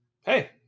Hey